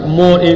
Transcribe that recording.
more